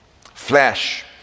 Flesh